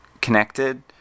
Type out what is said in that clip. connected